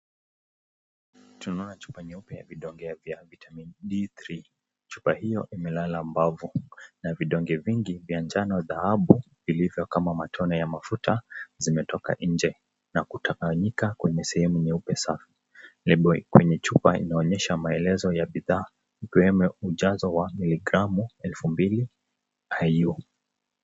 Tunaona chupa nyeupe ya vidonge ya Vitamin D-3, chupa hiyo imelala mbavu na vidongo vingi vya njano za dhahabu vilvyo kama matone ya mafuta zimetoka nje na kutawanyika kwenye sehemu nyeupe safi, kwenye chupa inaonyesha maelezo ya bidhaa ujazo wa gramu elfu mbili IU.